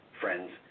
friends